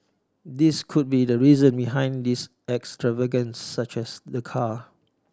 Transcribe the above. this could be the reason behind this extravagances such as the car